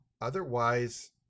otherwise